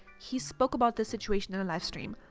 he spoke about this situation in a livestream.